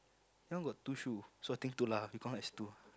this one got two shoe so I think two lah we count as two